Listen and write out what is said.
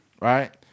Right